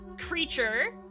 creature